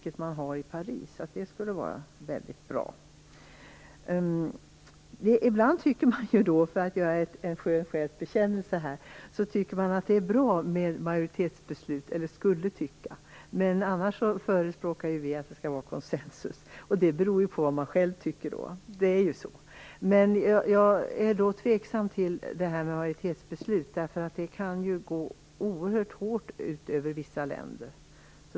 Ett sådant centrum finns i Paris. För att göra en skön själs bekännelse skulle man kunna tycka att det är bra med majoritetsbeslut. Men annars förespråkar vi ju att det skall vara konsensusbeslut. Jag är tveksam till majoritetsbeslut, därför att de kan gå oerhört hårt ut över vissa länder.